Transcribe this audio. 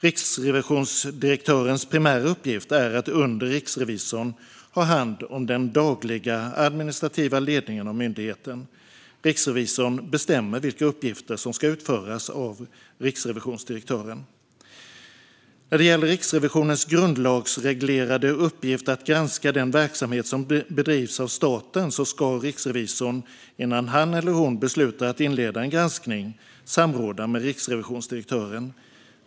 Riksrevisionsdirektörens primära uppgift är att under riksrevisorn ha hand om den dagliga administrativa ledningen av myndigheten. Riksrevisorn bestämmer vilka uppgifter som ska utföras av riksrevisionsdirektören. När det gäller Riksrevisionens grundlagsreglerade uppgift att granska den verksamhet som bedrivs av staten ska riksrevisorn innan han eller hon beslutar att inleda en granskning samråda med riksrevisionsdirektören.